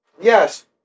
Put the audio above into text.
Yes